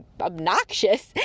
obnoxious